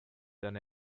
than